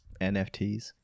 NFTs